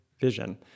vision